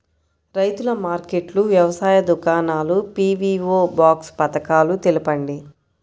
రైతుల మార్కెట్లు, వ్యవసాయ దుకాణాలు, పీ.వీ.ఓ బాక్స్ పథకాలు తెలుపండి?